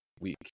week